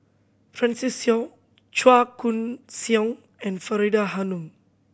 Francis Seow Chua Koon Siong and Faridah Hanum